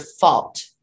fault